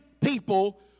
people